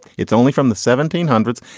it's only from the seventeen hundreds.